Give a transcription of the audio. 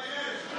תתבייש.